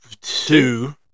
two